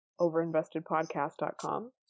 overinvestedpodcast.com